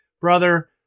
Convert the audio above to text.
brother